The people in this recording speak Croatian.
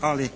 ali